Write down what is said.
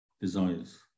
desires